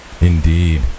Indeed